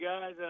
guys